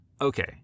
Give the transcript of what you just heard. Okay